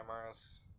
cameras